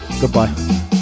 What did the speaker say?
goodbye